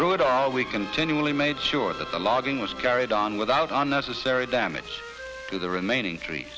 through it all we continually made sure that the logging was carried on without unnecessary damage to the remaining tree